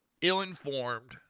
ill-informed